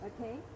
Okay